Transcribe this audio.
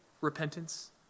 repentance